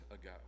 ago